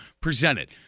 presented